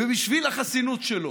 ובשביל החסינות שלו,